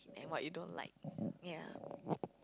and what you don't like ya